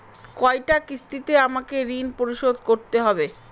কয়টা কিস্তিতে আমাকে ঋণ পরিশোধ করতে হবে?